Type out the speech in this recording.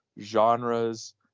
genres